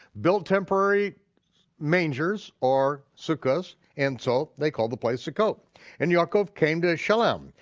built temporary mangers, or sukkahs, and so they called the place succoth. and yaakov came to shalem,